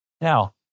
Now